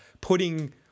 putting